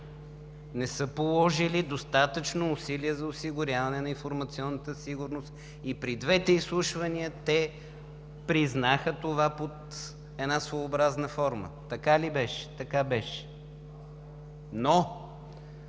не са положили достатъчно усилия за осигуряване на информационната сигурност. И при двете изслушвания те признаха това под своеобразна форма. Така ли беше? Така беше.